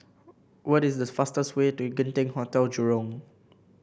what is the fastest way to Genting Hotel Jurong